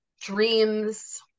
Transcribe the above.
dreams